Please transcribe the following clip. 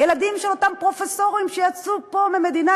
הילדים של אותם פרופסורים שיצאו מפה,